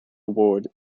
award